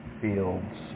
fields